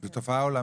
זה תופעה עולמית?